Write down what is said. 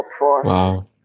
Wow